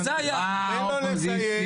תן לו לסיים.